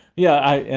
yeah,